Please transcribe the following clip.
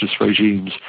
regimes